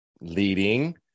leading